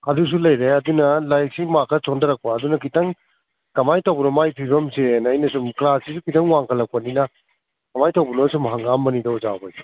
ꯑꯗꯨꯁꯨ ꯂꯩꯔꯦ ꯑꯗꯨꯅ ꯂꯥꯏꯔꯤꯛꯁꯤ ꯃꯥꯔ꯭ꯛ ꯈꯔ ꯁꯣꯟꯊꯔꯛꯄ ꯑꯗꯨꯅ ꯈꯤꯇꯪ ꯀꯃꯥꯏꯅ ꯇꯧꯕꯅꯣ ꯃꯥꯒꯤ ꯐꯤꯕꯝꯁꯦꯅ ꯑꯩꯅ ꯁꯨꯝ ꯀ꯭ꯂꯥꯁꯁꯤꯁꯨ ꯈꯤꯇꯪ ꯋꯥꯡꯈꯠꯂꯛꯄꯅꯤꯅ ꯀꯃꯥꯏꯅ ꯇꯧꯕꯅꯣ ꯁꯨꯝ ꯍꯪꯡꯉꯛꯑꯝꯕꯅꯤꯗ ꯑꯣꯖꯥ ꯍꯣꯏꯗ